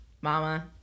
mama